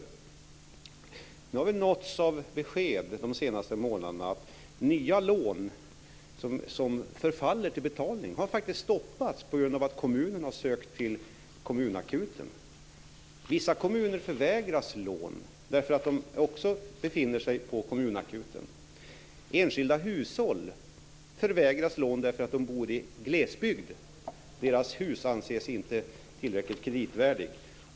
De senaste månaderna har vi nåtts av besked om att nya lån som förfaller till betalning har stoppats på grund av att kommunen har gjort en ansökan till kommunakuten. Vissa kommuner förvägras lån därför att de gjort en ansökan hos kommunakuten. Enskilda hushåll förvägras lån därför att de bor i glesbygd. Deras hus anses inte tillräckligt kreditvärdiga.